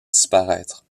disparaître